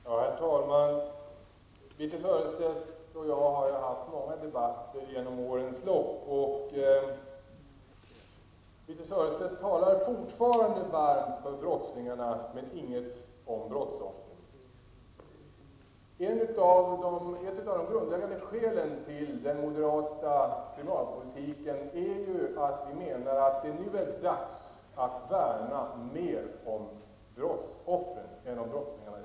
Herr talman! Birthe Sörestedt och jag har haft många debatter genom årens lopp. Birthe Sörestedt talar fortfarande varmt för brottslingarna men inget om brottsoffren. Ett av de grundläggande skälen till den moderata kriminalpolitiken är ju att vi menar att det nu är dags att värna mer om brottsoffren än om brottslingarna.